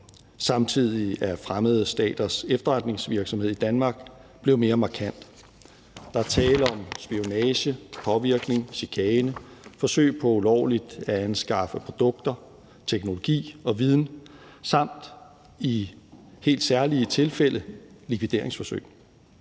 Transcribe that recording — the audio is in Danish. Samtidig er fremmede staters efterretningsvirksomhed i Danmark blevet mere markant. Der er tale om spionage, påvirkning, chikane, forsøg på ulovligt at anskaffe produkter, teknologi og viden samt i helt særlige tilfælde likvideringsforsøg.